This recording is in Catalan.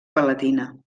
palatina